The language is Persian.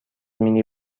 مینی